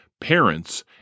parents